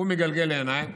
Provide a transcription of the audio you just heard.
הוא מגלגל עיניים,